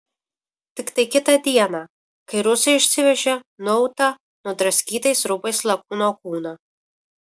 tiktai kitą dieną kai rusai išsivežė nuautą nudraskytais rūbais lakūno kūną